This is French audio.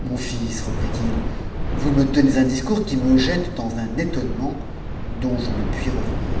mon fils reprit-il vous me tenez un discours qui me jette dans étonnement dont je ne puis revenir